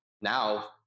now